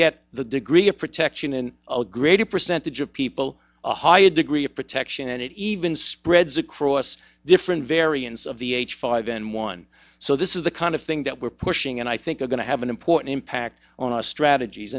get the degree of protection and a greater percentage of people a higher degree of protection and it even spreads across different variants of the h five n one so this is the kind of thing that we're pushing and i think are going to have an important impact on our strategies